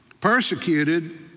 Persecuted